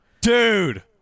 Dude